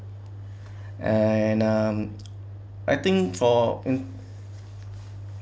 and um I think for um